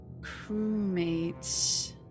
crewmates